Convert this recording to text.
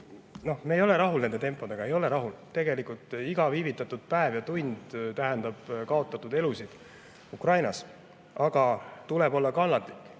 Me ei ole rahul nende tempodega, ei ole rahul. Tegelikult iga viivitatud päev ja tund tähendab kaotatud elusid Ukrainas. Aga tuleb olla kannatlik.